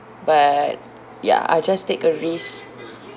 but ya I just take a risk